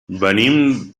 venim